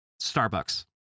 Starbucks